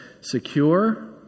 secure